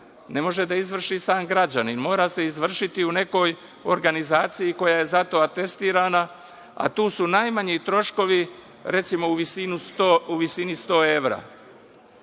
ne može da izvrši sam građanin, mora se izvršiti u nekoj organizaciji koja je za to atestirana, a tu su najmanji troškovi, recimo, u visini 100 evra. Kada